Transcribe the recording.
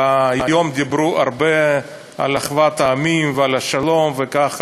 ביום דיברו הרבה על אחוות העמים ועל השלום וכך הלאה,